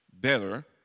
better